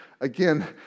again